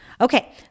Okay